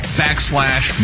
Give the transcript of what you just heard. backslash